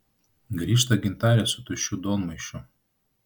grįžta gintarė su tuščiu duonmaišiu